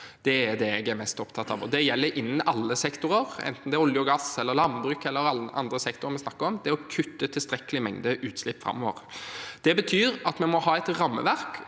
Det jeg er mest opptatt av – og det gjelder innen alle sektorer, enten det er olje og gass, landbruk eller andre sektorer vi snakker om – er å kutte en tilstrekkelig mengde utslipp framover. Det betyr at vi må ha et rammeverk